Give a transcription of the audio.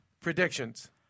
predictions